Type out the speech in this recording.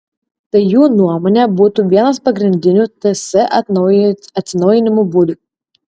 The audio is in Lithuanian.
tai jų nuomone būtų vienas pagrindinių ts atsinaujinimo būdų